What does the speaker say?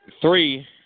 three